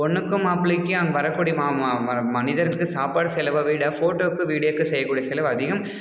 பொண்ணுக்கும் மாப்பிள்ளைக்கும் அங்கே வரக்கூடிய ம ம ம மனிதருக்கு சாப்பாடு செலவை விட ஃபோட்டோவுக்கு வீடியோவுக்கு செய்யக் கூடிய செலவு அதிகம்